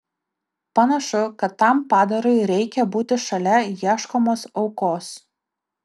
panašu kad tam padarui reikia būti šalia ieškomos aukos